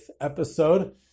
episode